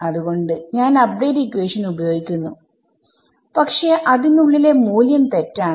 അത് കൊണ്ട് ഞാൻ അപ്ഡേറ്റ് ഇക്വേഷൻഉപയോഗിക്കുന്നു പക്ഷെ അതിനുള്ളിലെ മൂല്യം തെറ്റാണ്